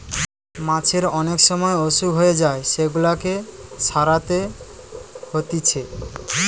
মাছের অনেক সময় অসুখ হয়ে যায় সেগুলাকে সারাতে হতিছে